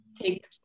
take